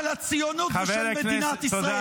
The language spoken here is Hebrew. של הציונות ושל מדינת ישראל.